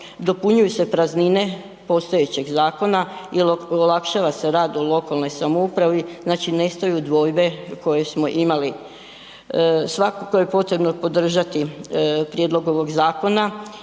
dopunjuju se praznine postojećeg zakona i olakšava se rad u lokalnoj samoupravi, znači nestaju dvojbe koje smo imali. Svakako je potrebno podržati prijedlog ovog zakona